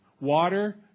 Water